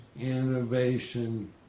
innovation